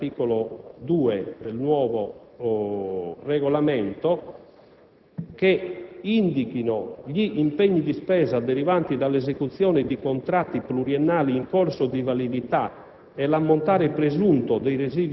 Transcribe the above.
cioè quelli previsti dal comma 6 dell'articolo 2 del nuovo Regolamento - che indichino gli impegni di spesa derivanti dall'esecuzione di contratti pluriennali in corso di validità